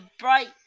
bright